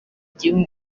igihugu